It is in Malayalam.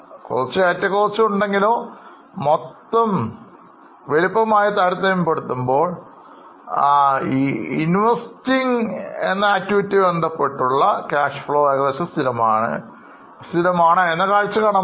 കുറച്ച് ഏറ്റക്കുറച്ചിലുകൾ ഉണ്ടെങ്കിലും മൊത്തം വലിപ്പവുമായി താരതമ്യപ്പെടുത്തുമ്പോൾ സാമ്പത്തിക പ്രവർത്തനവുമായി ബന്ധപ്പെട്ട് പണമൊഴുക്ക് ഏകദേശം സ്ഥിരമായിരിക്കും